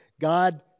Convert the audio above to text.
God